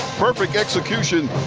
perfect execution,